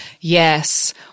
yes